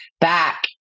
back